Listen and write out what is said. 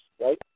right